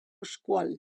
scuol